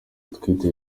utwite